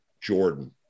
Jordan